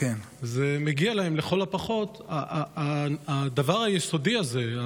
מגיע להם לכל הפחות הדבר היסודי הזה,